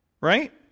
right